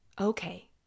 Okay